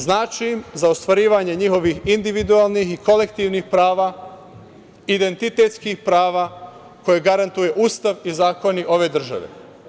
Znači im za ostvarivanje njihovih individualnih i kolektivnih prava, identitetskih prava koje garantuje Ustav i zakoni ove države.